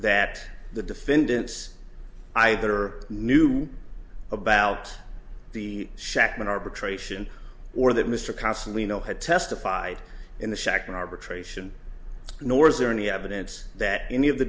that the defendants either knew about the shechtman arbitration or that mr constantly no had testified in the second arbitration nor is there any evidence that any of the